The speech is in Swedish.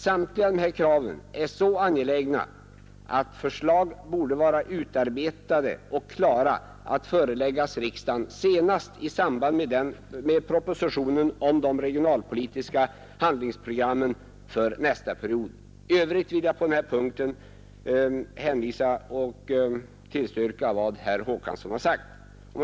Samtliga dessa krav är så angelägna att förslag borde vara utarbetade och klara att föreläggas riksdagen senast i samband med propositionen om de regionalpolitiska handlingsprogrammen för nästa period. I övrigt vill jag på denna punkt instämma i vad herr Håkansson anförde. Herr talman!